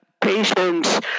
patients